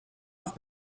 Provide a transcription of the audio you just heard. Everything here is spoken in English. off